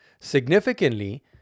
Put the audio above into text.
significantly